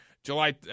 July